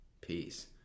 Peace